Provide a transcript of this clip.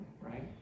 right